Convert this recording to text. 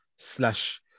Slash